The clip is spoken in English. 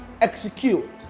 Execute